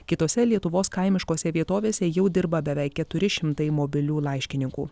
kitose lietuvos kaimiškose vietovėse jau dirba beveik keturi šimtai mobilių laiškininkų